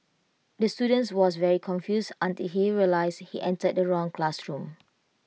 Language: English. the students was very confused until he realised he entered the wrong classroom